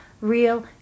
real